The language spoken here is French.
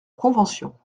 convention